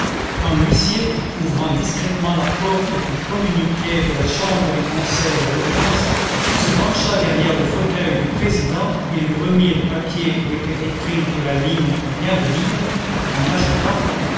quand l'huissier ouvrant discrètement la porte qui communiquait de la chambre du conseil à l'audience se pencha derrière le fauteuil du président et lui remit le papier où était écrite la ligne qu'on vient de lire en ajoutant